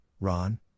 Ron